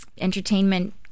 entertainment